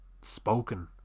spoken